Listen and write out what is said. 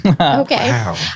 Okay